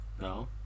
No